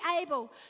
able